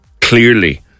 clearly